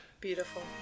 Beautiful